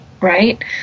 right